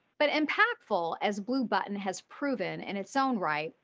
but impactful as blue button has proven and its own right.